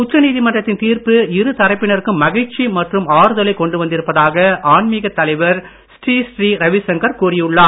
உச்சநீதிமன்றத்தின் தீர்ப்பு இரு தரப்பினருக்கும் மகிழ்ச்சி மற்றும் ஆருதலை கொண்டுவந்திருப்பதாக ஆன்மீகத் தலைவர் ஸ்ரீ ஸ்ரீ ரவிசங்கர் கூறியுள்ளார்